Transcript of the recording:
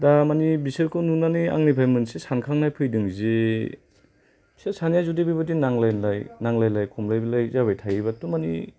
दा मानि बेसोरखौ नुनानै आंनिफाय मोनसे सानखांनाय फैदों जि बिसोर सानैआ जुदि बेबादि नांलायलाय नांलायलाय खमलायलाय जाबाय थायोबाथ' मानि